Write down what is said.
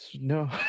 no